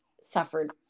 suffered